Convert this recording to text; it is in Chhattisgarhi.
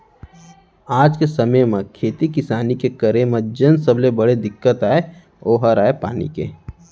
आज के समे म खेती किसानी के करे म जेन सबले बड़े दिक्कत अय ओ हर अय पानी के